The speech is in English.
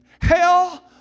Hell